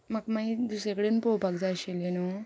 म्हाका मागीर दुसरे कडेन पळोवपाक जाय आशिल्लें न्हू